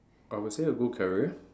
I would say a good career